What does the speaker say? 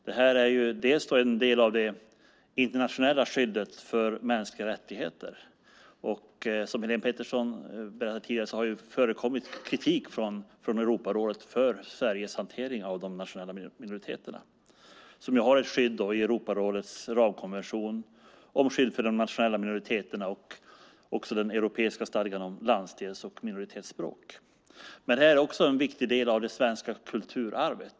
Det här är dels en del av det internationella skyddet för mänskliga rättigheter, och som Helene Petersson berättade tidigare har det förekommit kritik från Europarådet av Sveriges hantering av de nationella minoriteterna som ju har ett skydd i Europarådets ramkonvention om skydd för de nationella minoriteterna och också den europeiska stadgan om landsdels och minoritetsspråk. Men det här är också en viktig del av det svenska kulturarvet.